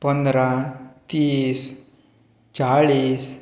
पंदरा तीस चाळीस